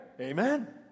amen